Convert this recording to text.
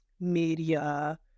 media